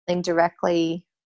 directly